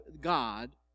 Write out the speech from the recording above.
God